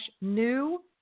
new